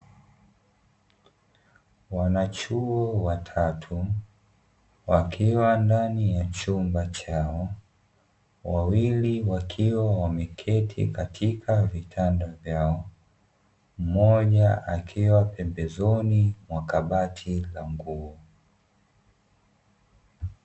Wanachuo watatu wakiwa ndani ya chumba chao, wawili wakio wameketi katika vitanda vyao, moja akiwa pembezoni mwa kabati la nguo.